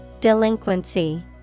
Delinquency